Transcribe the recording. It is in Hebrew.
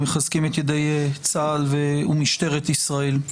ומחזקים את ידי צה"ל ומשטרת ישראל.